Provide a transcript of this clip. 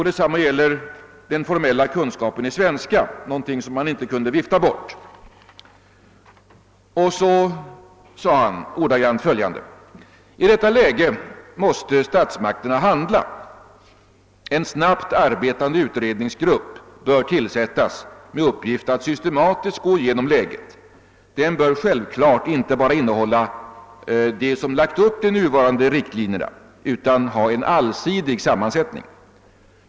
Detsamma gäller den formella kunskapen i svenska, någonting som man inte kunde vifta bort. Därefter yttrade herr Helén ordagrant följande: »I detta läge måste statsmakterna handla. En snabbt arbetande utredningsgrupp bör tillsättas med uppgift att systematiskt gå igenom läget. Den bör självklart inte bara innehålla de som lagt upp de nuvarande riktlinjerna utan ha en allsidig sammansättning.